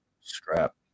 Scrap